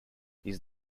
his